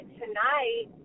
tonight